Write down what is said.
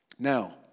Now